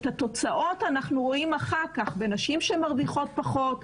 את התוצאות אנחנו רואים אחר כך בנשים שמרוויחות פחות,